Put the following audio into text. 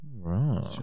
Right